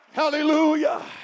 Hallelujah